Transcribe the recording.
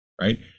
right